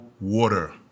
water